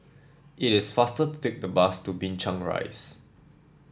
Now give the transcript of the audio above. it is faster to take the bus to Binchang Rise